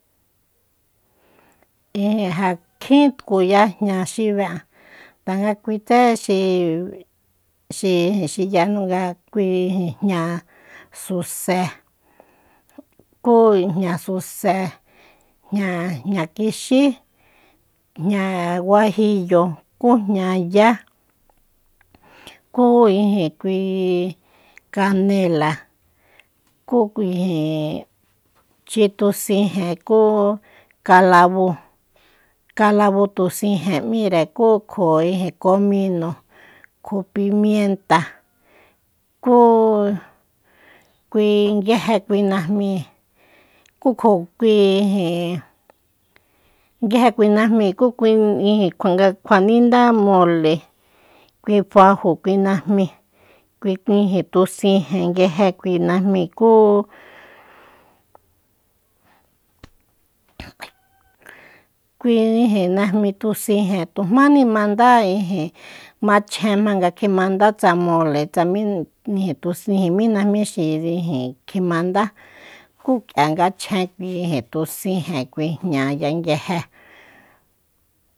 Ijin ja kjín tkuya jña xi be’an tanga kuitsé xi- xi ijin xiyajnu nga kui ijin jña suse kú jña suse jña jña kixí jña guajiyo kú jña yá kú ijin kui kanela kú kui ijin xi tusijen kúu kalabu kalabu tusijen ‘míre kú kju ijin komino kju pimienta kúu kui nguieje kui najmi kú kju kui ijin nguieje kui najmi kú kui ijin kju nga kjuanindá mole kui tsa’ajo kui najmi kui ijin tusijen tusijen nguieje kui najmi kúu kui ijin najmi tusijen tujmáni mandá ijin machjen jmanga kjimanda tsa mole tsa mi ijin tusi tsa mi najmi xi ijin kjimanda kú k’ia nga chjen kui ijin tusijen kui jñaya nguieje.